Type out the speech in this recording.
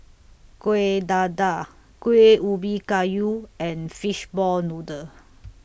Kueh Dadar Kueh Ubi Kayu and Fishball Noodle